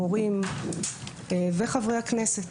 הורים וחברי כנסת.